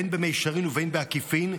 בין במישרין ובין בעקיפין,